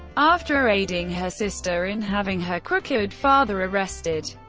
after aiding her sister in having her crooked father arrested,